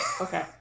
Okay